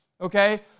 okay